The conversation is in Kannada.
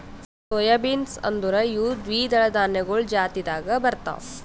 ಸೊಯ್ ಬೀನ್ಸ್ ಅಂದುರ್ ಇವು ದ್ವಿದಳ ಧಾನ್ಯಗೊಳ್ ಜಾತಿದಾಗ್ ಬರ್ತಾವ್